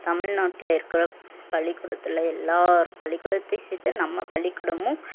தமிழ்நாட்டில் இருக்கிற பள்ளிக்கூடத்தில் எல்லாேர் பள்ளிக்கூடத்தையும் சேர்த்து நம்ம பள்ளிக்கூடமும்